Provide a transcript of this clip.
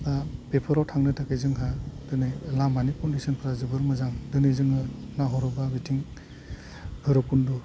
बेफोराव थांनो थाखाय जोंहा दिनै लामानि कन्डिसनफ्रा जोबोद मोजां दिनै जोङो नाहरोबा बेथिं भैरब कन्ड'